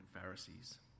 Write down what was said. Pharisees